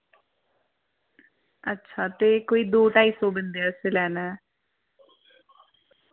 अच्छा ते कोई दो ढाई सौ बंदे आस्तै लैना ऐ